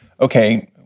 okay